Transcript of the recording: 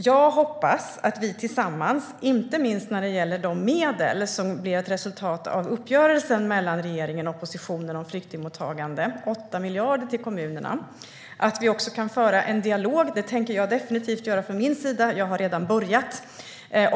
Jag hoppas att vi kan föra en dialog, inte minst när det gäller de medel som blev ett resultat av uppgörelsen mellan regeringen och oppositionen om flyktingmottagande, 8 miljarder till kommunerna. Det tänker jag definitivt göra från min sida, och jag har redan börjat.